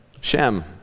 Shem